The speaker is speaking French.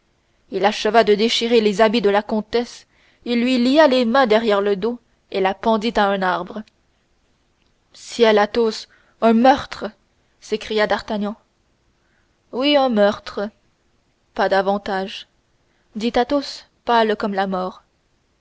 il acheva de déchirer les habits de la comtesse il lui lia les mains derrière le dos et la pendit à un arbre ciel athos un meurtre s'écria d'artagnan oui un meurtre pas davantage dit athos pâle comme la mort